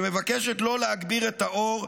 שמבקשת לא להגביר את האור,